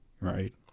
right